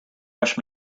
rush